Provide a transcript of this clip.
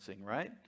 right